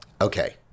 Okay